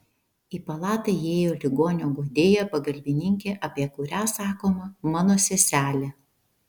į palatą įėjo ligonio guodėja pagalbininkė apie kurią sakoma mano seselė